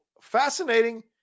fascinating